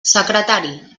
secretari